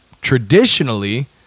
traditionally